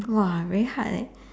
!wah! very hard leh